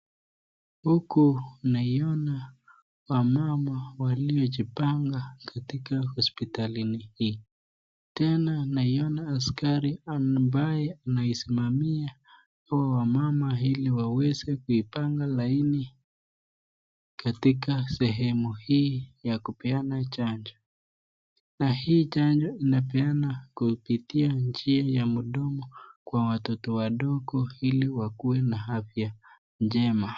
Huku naiona wamama waliojipanga katika hospitali hii Tena naiona askari ambaye anasimamia wamama ili waweze kuipanga laini katika sehemu hii ya kupeana chanjo. Na hii chanjo inapeana kupitia njia ya mdomo kwa watoto wadogo ili wakue na afya njema.